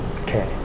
Okay